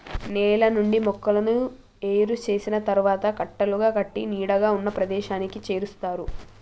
నేల నుండి మొక్కలను ఏరు చేసిన తరువాత కట్టలుగా కట్టి నీడగా ఉన్న ప్రదేశానికి చేరుస్తారు